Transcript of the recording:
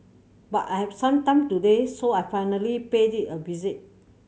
but I have some time today so I finally paid it a visit